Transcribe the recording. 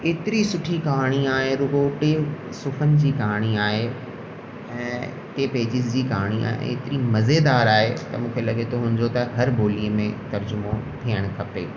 एतिरी सुठी कहाणी आहे रुगो सुखनि जी कहाणी आहे ऐं टे पेजिस जी कहाणी आहे एतिरी मज़ेदार आहे त मूंखे लॻे थो हुनजो त हर ॿोलीअ में तर्जुमो थियणु खपे